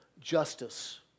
justice